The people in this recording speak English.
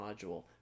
module